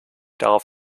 darauf